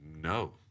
No